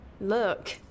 Look